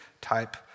type